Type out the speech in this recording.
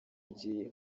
igihe